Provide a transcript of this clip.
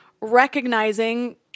recognizing